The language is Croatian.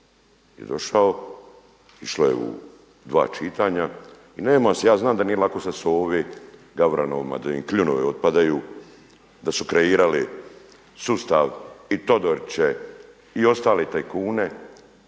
je došao, išlo je u dva čitanja. I ja znam da nije lako sad su ovi gavranovi da im kljunovi otpadaju, da su kreirali sustav i Todoriće i ostale tajkune.